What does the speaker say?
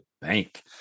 bank